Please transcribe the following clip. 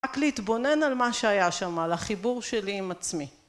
רק להתבונן על מה שהיה שם, על החיבור שלי עם עצמי.